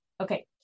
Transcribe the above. Okay